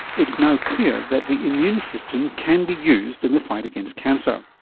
it's now clear that the immune system can be used in the fight against cancer.